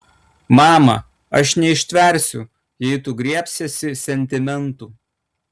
mama aš neištversiu jei tu griebsiesi sentimentų